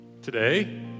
Today